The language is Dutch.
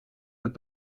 het